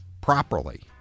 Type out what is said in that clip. properly